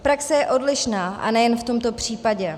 Praxe je odlišná, a nejen v tomto případě.